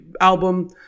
album